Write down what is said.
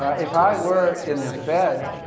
if i were in the fed,